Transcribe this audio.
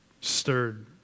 stirred